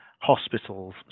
hospitals